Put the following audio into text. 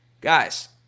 Guys